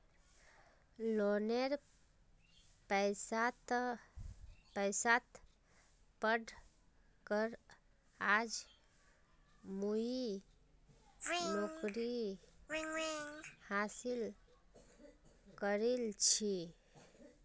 लोनेर पैसात पढ़ कर आज मुई नौकरी हासिल करील छि